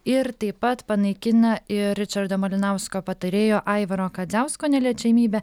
ir taip pat panaikina ir ričardo malinausko patarėjo aivaro kadziausko neliečiamybę